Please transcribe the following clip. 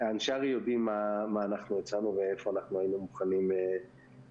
אנשי הר"י יודעים מה הצענו ואיפה היינו מוכנים --- ולנו,